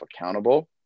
accountable